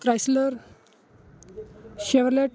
Chrysler Chevrolet